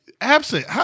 absent